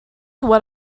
what